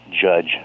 judge